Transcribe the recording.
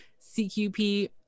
CQP